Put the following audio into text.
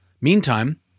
Meantime